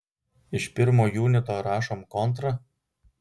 iš pirmo junito rašom kontrą